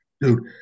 dude